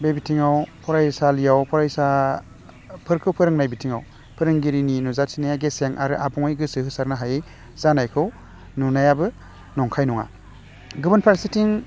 बे बिथिङाव फरायसालियाव फरायसाफोरखौ फोरोंनाय बिथिङाव फोरोंगिरिनि नुजाथिनाया गेसें आरो आबुङै गोसो होसारनो हायै जानायखौ नुनायाबो नंखाय नङा गुबुन फारसेथिं